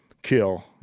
kill